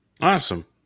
Awesome